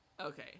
Okay